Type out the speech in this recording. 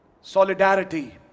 solidarity